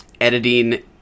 editing